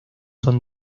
son